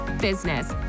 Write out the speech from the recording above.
business